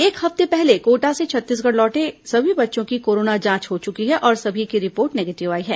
एक हफ्ते पहले कोटा से छत्तीसगढ़ लौटे सभी बच्चों की कोरोना जांच हो चुकी है और सभी की रिपोर्ट निगेटिव आई है